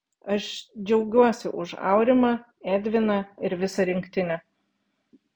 aš džiaugiuosi už aurimą edviną ir visą rinktinę